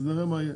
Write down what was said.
אז נראה מה יהיה,